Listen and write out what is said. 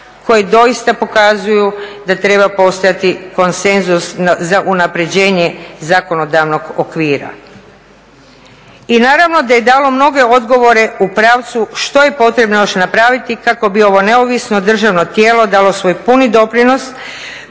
koji doista pokazuju da treba postojati konsenzus za unapređenje zakonodavnog okvira i naravno da je dalo mnoge odgovore u pravcu što je potrebno još napraviti kako bi ovo neovisno državno tijelo dalo svoj puni doprinos